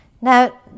Now